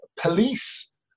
police